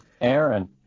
Aaron